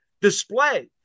display